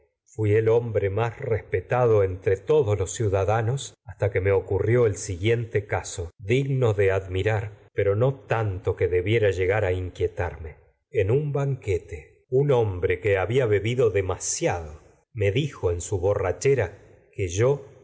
fui el hombre respetado los ciudada nos hasta que me ocurrió el siguiente caso digno de admirar pero no tanto que debiera me llegar a inquietar en un banquete dijo en un hombre que habia bebido de que yo masiado me su borrachera era hijo